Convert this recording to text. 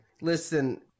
Listen